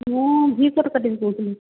ମୁଁ ଭି କଟ୍ କାଟିବି କହୁଥିଲି